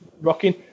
rocking